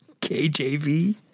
K-J-V